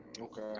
Okay